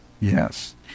Yes